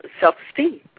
self-esteem